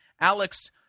Alex